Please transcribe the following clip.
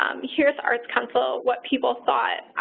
um here at the arts council what people thought